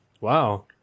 Wow